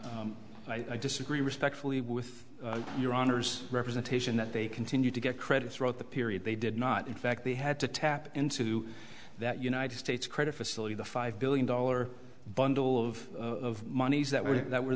and i disagree respectfully with your honor's representation that they continue to get credits wrote the period they did not in fact they had to tap into that united states credit facility the five billion dollar bundle of monies that were that were